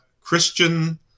Christian